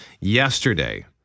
yesterday